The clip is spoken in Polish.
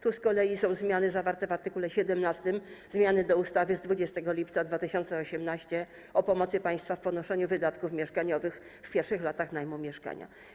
Tu z kolei są zmiany zawarte w art. 17, zmiany do ustawy z 20 lipca 2018 r. o pomocy państwa w ponoszeniu wydatków mieszkaniowych w pierwszych latach najmu mieszkania.